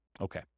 Okay